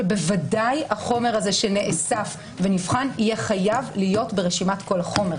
שבוודאי החומר הזה שנאסף ונבחן יהיה חייב להיות ברשימת כל החומר.